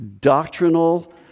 doctrinal